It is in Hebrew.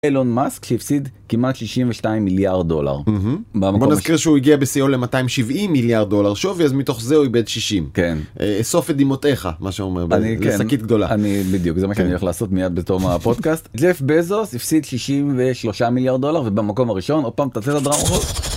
אילון מסק שהפסיד כמעט 62 מיליארד דולר, בוא נזכיר שהוא הגיע בשיאו ל 270 מיליארד דולר שווי אז מתוך זה הוא איבד 60, כן, אסוף את דמעותייך מה שאומר, כן, לשקית גדולה, אני בדיוק זה מה שאני הולך לעשות מיד בתום הפודקאסט, ג'ף בזוס הפסיד 63 מיליארד דולר, ובמקום הראשון, עוד פעם תעשה את הדראם-רול